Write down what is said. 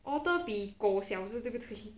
otter 比狗小只对不对